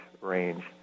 range